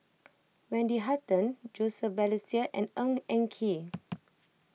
Wendy Hutton Joseph Balestier and Ng Eng Kee